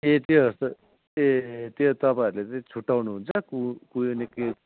ए त्यस्तो ए त्यो तपाईँहरूले चाहिँ छुट्याउनु हुन्छ कु कुहुने के